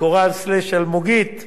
וקורל אלמוגית אבירם.